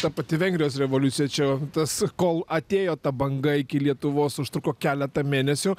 ta pati vengrijos revoliucija čia tas kol atėjo ta banga iki lietuvos užtruko keletą mėnesių